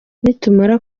nitumara